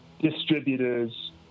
distributors